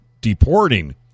deporting